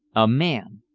a man!